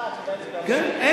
אתם